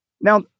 Now